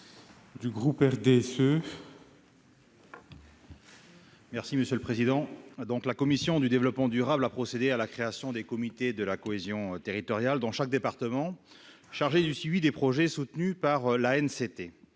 est à M. Stéphane Artano. La commission du développement durable a procédé à la création de comités de la cohésion territoriale dans chaque département, comités chargés du suivi des projets soutenus par l'ANCT.